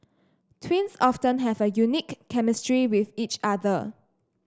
twins often have a unique chemistry with each other